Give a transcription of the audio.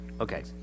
okay